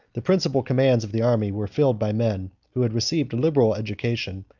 the principal commands of the army were filled by men who had received a liberal education,